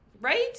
right